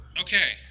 Okay